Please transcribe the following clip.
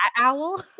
Owl